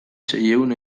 seiehun